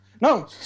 No